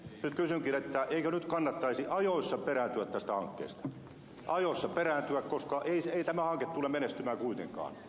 nyt kysynkin eikö nyt kannattaisi ajoissa perääntyä tästä hankkeesta ajoissa perääntyä koska ei tämä hanke tule menestymään kuitenkaan